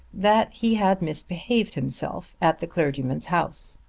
that he had misbehaved himself at the clergyman's house.